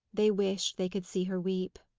they wished they could see her weep.